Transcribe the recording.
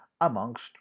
amongst